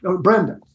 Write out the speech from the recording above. Brenda